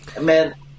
Man